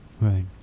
Right